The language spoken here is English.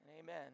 Amen